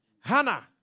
Hannah